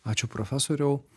ačiū profesoriau